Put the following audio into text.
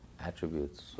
attributes